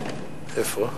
איפה?